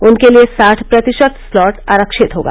उनके लिये साठ प्रतिशत स्लॉट आरक्षित होगा